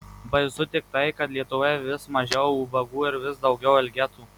baisu tik tai kad lietuvoje vis mažiau ubagų ir vis daugiau elgetų